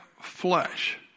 flesh